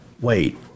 wait